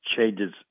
changes